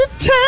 time